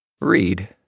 read